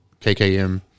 KKM